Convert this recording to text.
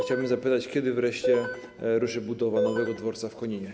Chciałbym zapytać: Kiedy wreszcie ruszy budowa nowego dworca w Koninie?